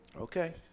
Okay